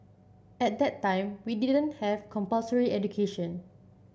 at that time we didn't have compulsory education